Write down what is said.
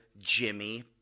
Jimmy